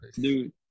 dude